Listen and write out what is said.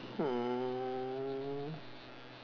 oh